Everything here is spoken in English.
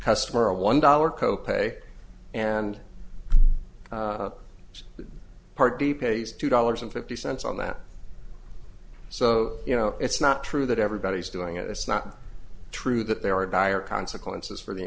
customer a one dollar co pay and part b pays two dollars and fifty cents on that so you know it's not true that everybody is doing it it's not true that there are dire consequences for the